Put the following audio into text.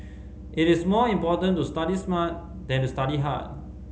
it is more important to study smart than to study hard